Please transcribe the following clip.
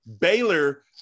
Baylor